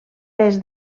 pes